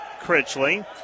Critchley